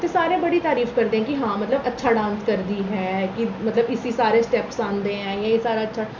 ते सारे बड़ी तारीफ करदे न कि हां मतलब अच्छा डांस करदी ऐ कि मतलब इसी सारे स्टैप्स औंदे ऐ कि एह् सारा अच्छा